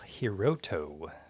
Hiroto